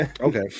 Okay